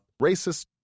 racist